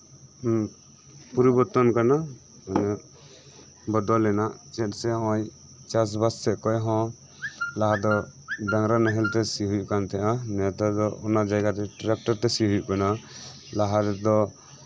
ᱦᱮᱸ ᱯᱚᱨᱤᱵᱚᱨᱛᱚᱱ ᱠᱟᱱᱟ ᱵᱚᱫᱚᱞ ᱮᱱᱟ ᱪᱮᱫ ᱡᱮ ᱱᱚᱜ ᱚᱭ ᱪᱟᱥ ᱵᱟᱥ ᱥᱮᱫ ᱠᱷᱚᱱᱦᱚᱸ ᱪᱟᱥ ᱫᱚ ᱰᱟᱝᱨᱟ ᱱᱟᱦᱮᱞ ᱛᱮ ᱥᱤ ᱠᱟᱱ ᱛᱟᱸᱦᱮᱜᱼᱟ ᱱᱮᱛᱟᱨ ᱫᱚ ᱚᱱᱟ ᱡᱟᱭᱜᱟ ᱴᱮᱨᱟᱠᱴᱚᱨ ᱛᱮ ᱥᱤ ᱦᱩᱭᱩᱜ ᱠᱟᱱᱟ ᱞᱚᱦᱟ ᱨᱮᱫᱚ